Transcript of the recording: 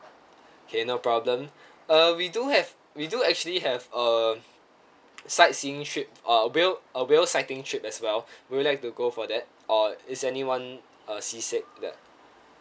K no problem uh we do have we do actually have a sightseeing trip uh whale a whale sighting trip as well would you like to go for that or is anyone uh sea sick that